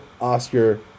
Oscar